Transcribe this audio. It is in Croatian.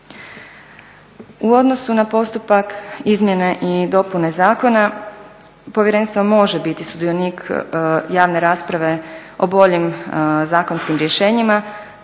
U odnosu na postupak izmjene i dopune zakona povjerenstvo može biti sudionik javne rasprave o boljim zakonskim rješenjima